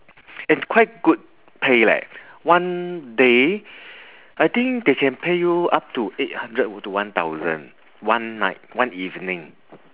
and quite good pay leh one day I think they can pay you up to eight hundred to one thousand one night one evening